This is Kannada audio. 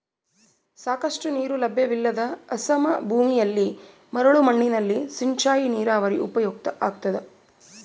ಸಾಕಷ್ಟು ನೀರು ಲಭ್ಯವಿಲ್ಲದ ಅಸಮ ಭೂಮಿಯಲ್ಲಿ ಮರಳು ಮಣ್ಣಿನಲ್ಲಿ ಸಿಂಚಾಯಿ ನೀರಾವರಿ ಉಪಯುಕ್ತ ಆಗ್ತದ